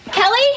Kelly